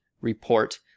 Report